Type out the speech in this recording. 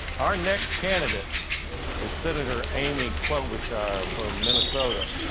our next candidate is senator amy klobuchar from minnesota.